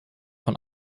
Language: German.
vom